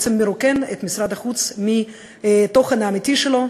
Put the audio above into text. בעצם מרוקן את משרד החוץ מהתוכן האמיתי שלו,